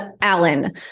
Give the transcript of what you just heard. Alan